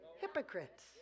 Hypocrites